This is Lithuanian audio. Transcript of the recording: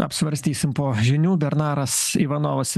apsvarstysim po žinių bernaras ivanovas